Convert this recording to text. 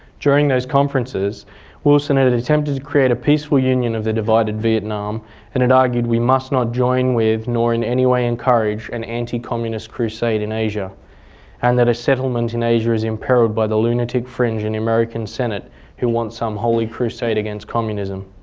during those conferences wilson attempted to create a peaceful union of the divided vietnam and and argued, we must not join with nor in any way encourage an anti-communist crusade in asia and that a settlement in asia is imperilled by the lunatic fringe in the american senate who want some holy crusade against communism'.